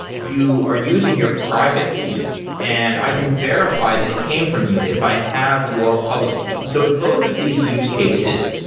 you are using your private key and i can verify that it came from you if i have your public key so in both of these used cases,